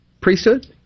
Priesthood